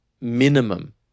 minimum